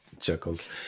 chuckles